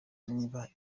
niba